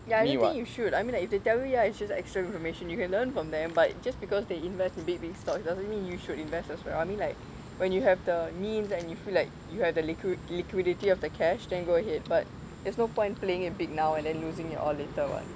ya I don't think you should I mean like if they tell you ya it's just extra information you can learn from them but just because they invest big big stocks it doesn't mean you should invest as well I mean like when you have the means and you feel like you have the liquid~ liquidity of the cash then go ahead but there's no point playing it big now and then losing it all later [what]